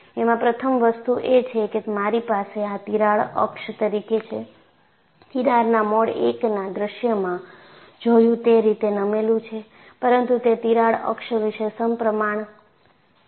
એમાં પ્રથમ વસ્તુ એ છે કે મારી પાસે આ તિરાડ અક્ષ તરીકે છે કિનારના મોડ 1 નાં દૃશ્યમાં જોયું તે રીતે નમેલુ છે પરંતુ તે તિરાડ અક્ષ વિશે સપ્રમાણ નથી